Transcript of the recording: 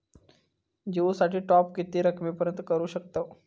जिओ साठी टॉप किती रकमेपर्यंत करू शकतव?